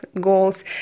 goals